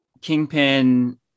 Kingpin